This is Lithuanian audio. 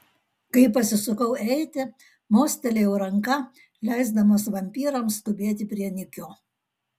kai pasisukau eiti mostelėjau ranka leisdamas vampyrams skubėti prie nikio